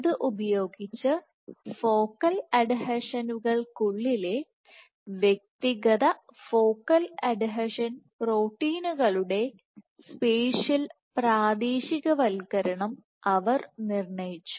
ഇത് ഉപയോഗിച്ച് ഫോക്കൽ അഡ്ഹീഷനുകൾക്കുള്ളിലെ വ്യക്തിഗത ഫോക്കൽ അഡ്ഹീഷൻ പ്രോട്ടീനുകളുടെ സ്പേഷ്യൽ പ്രാദേശികവൽക്കരണം അവർ നിർണ്ണയിച്ചു